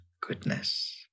goodness